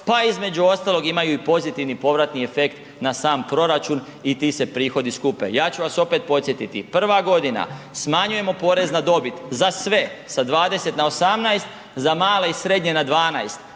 pa između ostalog imaju i pozitivni povratni efekt na sam proračun i ti se prihodi skupe. Ja ću vas opet podsjetiti, prva godina smanjujemo porez na dobit za sve sa 20 na 18, za male i srednje na 12.